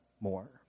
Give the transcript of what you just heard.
more